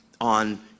on